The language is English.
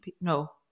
No